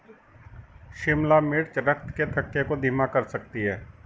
शिमला मिर्च रक्त के थक्के को धीमा कर सकती है